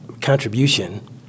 contribution